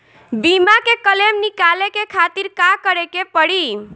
बीमा के क्लेम निकाले के खातिर का करे के पड़ी?